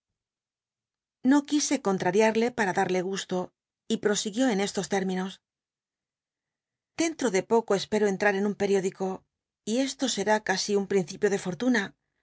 no qu ise conharial'le para darle gusto y peosiminos guió en estos términos dentro de poco espero entrar en tul periódico y esto será casi un pl'incipio de fortuna